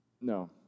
No